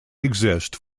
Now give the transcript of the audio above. exist